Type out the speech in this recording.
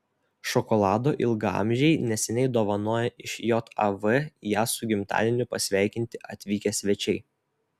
šokolado ilgaamžei neseniai dovanojo iš jav ją su gimtadieniu pasveikinti atvykę svečiai